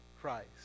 Christ